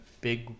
big